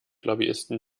lobbyisten